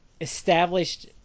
established